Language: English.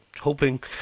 hoping